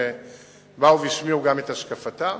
שבאו והשמיעו גם את השקפתם.